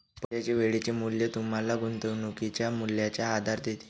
पैशाचे वेळेचे मूल्य तुम्हाला गुंतवणुकीच्या मूल्याचा आधार देते